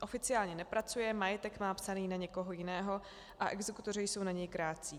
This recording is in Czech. Oficiálně nepracuje, majetek má psaný na někoho jiného a exekutoři jsou na něj krátcí.